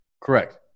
Correct